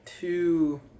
two